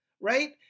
right